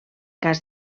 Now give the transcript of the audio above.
cas